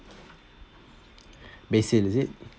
basil is it